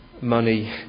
money